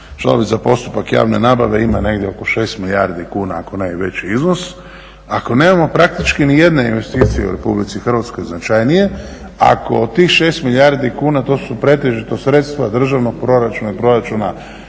razumije./… postupak javne nabave ima negdje oko 6 milijardi kuna ako ne i veći iznos. Ako nemamo praktički ni jedne investicije u Republici Hrvatskoj značajnije, ako od tih 6 milijardi kuna to su pretežito sredstva državnog proračuna i proračuna